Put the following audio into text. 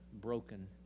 broken